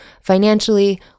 financially